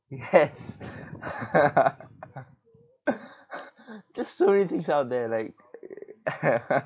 yes just so many things out there like